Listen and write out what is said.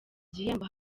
gihembo